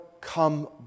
come